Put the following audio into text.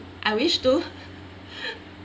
I wish to